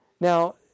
Now